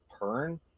Pern